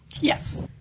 Yes